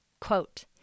Quote